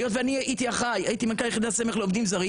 היות ואני הייתי מנכ"ל יחידת הסמך לעובדים זרים